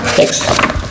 Thanks